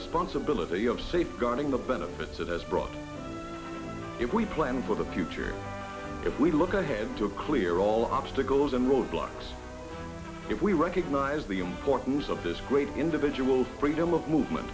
responsibility of safeguarding the benefits it has brought if we plan for the future if we look ahead to clear all obstacles and roadblocks if we recognize the importance of this great individual freedom of movement